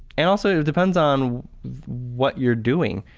and also it depends on what you're doing.